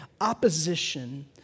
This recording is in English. opposition